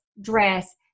dress